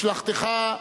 משלחתך,